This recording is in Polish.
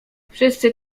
wszyscy